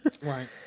Right